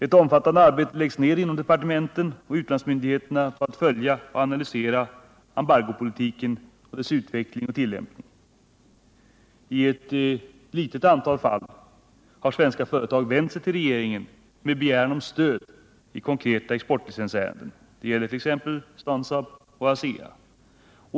Ett omfattande arbete läggs ned inom departementen och utlandsmyndigheterna på att följa och analysera embargopolitiken och dess utveckling och tillämpning. I ett litet antal fall har svenska företag vänt sig till regeringen med begäran om stöd i konkreta exportlicensärenden. Som exempel kan jag nämna Stansaab och ASEA.